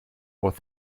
with